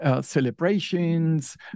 celebrations